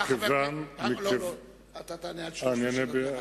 מכיוון, לא, אתה תענה על שלוש השאלות ביחד.